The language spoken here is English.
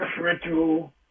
ritual